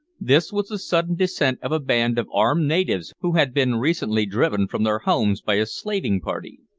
this was the sudden descent of a band of armed natives who had been recently driven from their homes by a slaving party.